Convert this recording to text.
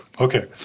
Okay